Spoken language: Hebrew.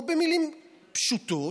או במילים פשוטות: